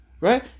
right